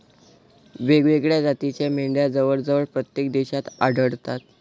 वेगवेगळ्या जातीच्या मेंढ्या जवळजवळ प्रत्येक देशात आढळतात